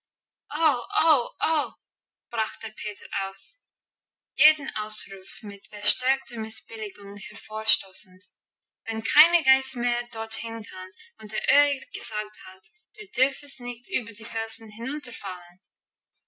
der peter aus jeden ausruf mit verstärkter missbilligung hervorstoßend wenn keine geiß mehr dorthin kann und der öhi gesagt hat du dürfest nicht über die felsen